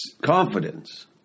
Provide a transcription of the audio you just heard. confidence